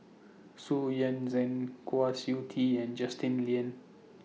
Xu Yuan Zhen Kwa Siew Tee and Justin Lean